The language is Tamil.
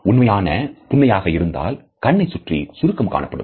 உண்மையான புன்னகையாக இருந்தால் கண்ணை சுற்றி சுருக்கம் காணப்படும்